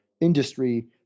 industry